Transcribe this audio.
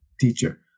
teacher